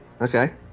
Okay